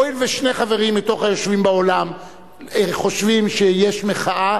הואיל ושני חברים מתוך היושבים באולם חושבים שיש מחאה,